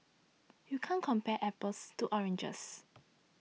you can't compare apples to oranges